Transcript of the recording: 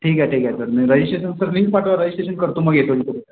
ठीक आहे ठीक आहे सर मी रजिस्ट्रेशन सर लींक पाठवा रजिस्ट्रेशन करतो मग येतो